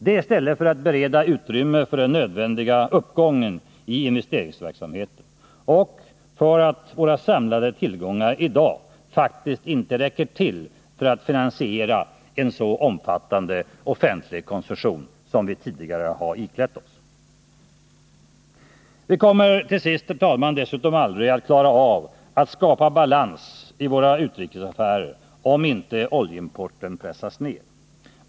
Det är i stället för att bereda utrymme för den nödvändiga uppgången i investeringsverksamheten och för att våra samlade tillgångar i dag faktiskt inte räcker till för att finansiera en så omfattande offentlig konsumtion som vi tidigare haft. Vi kommer dessutom aldrig att klara av att skapa balans i våra utrikesaffärer om inte oljeimporten pressas ned.